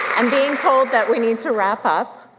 and being told that we need to wrap up.